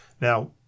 Now